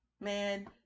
man